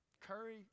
Curry